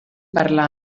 parlar